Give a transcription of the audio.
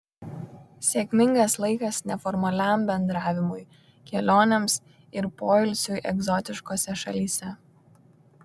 sėkmingas laikas neformaliam bendravimui kelionėms ir poilsiui egzotiškose šalyse